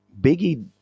Biggie